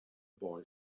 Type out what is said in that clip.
boy